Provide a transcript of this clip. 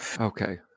Okay